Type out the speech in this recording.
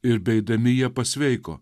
ir beeidami jie pasveiko